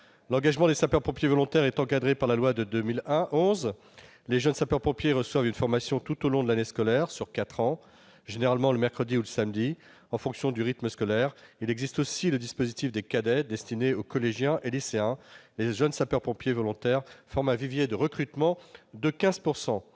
L'engagement des sapeurs-pompiers volontaires est encadré par la loi de 2011. Les jeunes sapeurs-pompiers reçoivent une formation tout au long de l'année scolaire, durant quatre ans, généralement le mercredi ou le samedi, en fonction du rythme scolaire. Il existe aussi le dispositif des cadets, destiné aux collégiens et aux lycéens. Les jeunes sapeurs-pompiers volontaires forment un vivier de recrutement de 15 %.